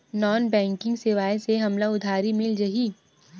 Non banking सेवाएं से हमला उधारी मिल जाहि?